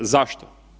Zašto?